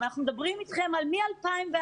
אנחנו מדברים אתכם מ-2001,